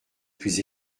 plus